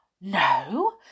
No